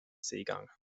seegang